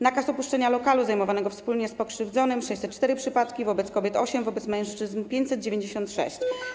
Nakaz opuszczenia lokalu zajmowanego wspólnie z pokrzywdzonym: 604 przypadki, wobec kobiet - 8, wobec mężczyzn - 596.